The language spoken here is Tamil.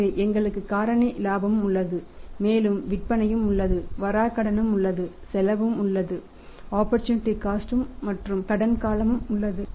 எனவே எங்களுக்கு காரணி இலாபமும் உள்ளது மேலும் விற்பனையும் உள்ளது வராக்கடனும் உள்ளது செலவும் உள்ளது ஆப்பர்சூனிட்டி காஸ்ட் மற்றும் கடன் காலமும் உள்ளது